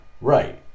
Right